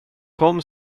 kom